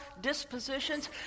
dispositions